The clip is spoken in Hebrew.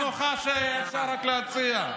הכי נוחה שרק היה אפשר להציע,